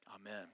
amen